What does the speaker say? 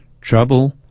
trouble